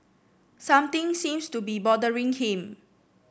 something seems to be bothering him